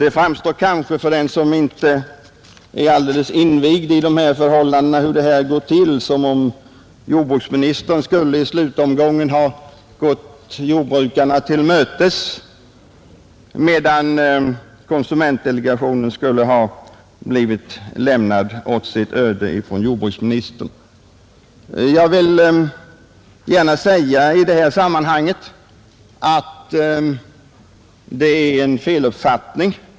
Det framstår kanske för den som inte är alldeles invigd i förhållandena som om jordbruksministern skulle i slutomgången ha gått jordbrukarna till mötes, medan han däremot lämnat konsumentdelegationen åt sitt öde. Jag vill gärna säga i det här sammanhanget att det är en feluppfattning.